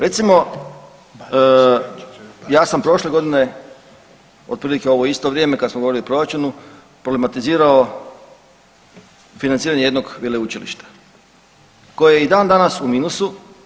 Recimo ja sam prošle godine otprilike u ovo isto vrijeme kada smo govorili o proračunu problematizirao financiranje jednog veleučilišta, koje je i dan danas u minusu.